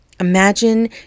Imagine